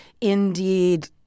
Indeed